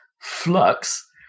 flux